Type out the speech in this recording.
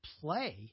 play